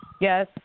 Yes